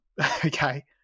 Okay